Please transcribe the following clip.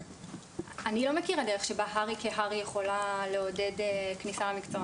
אני לא מכירה דרך שבה הר"י כהר"י יכולה לעודד כניסה למקצוע.